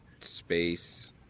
space